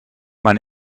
man